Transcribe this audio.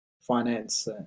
finance